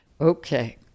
Okay